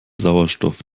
sauerstoff